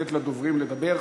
לתת לדוברים לדבר.